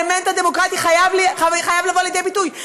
האלמנט הדמוקרטי חייב לבוא לידי ביטוי.